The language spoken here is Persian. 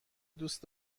دوست